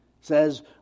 says